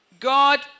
God